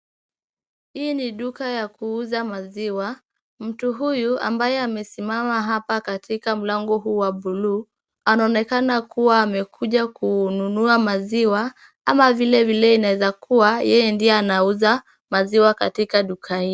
Hii ni duka ya kuuza maziwa. Mtu huyu ambaye amesimama hapa katika mlango huu wa buluu, anaonekana kuwa amekuja kununua maziwa ama vile vile inaweza kuwa yeye ndiye anauza maziwa katika duka hii.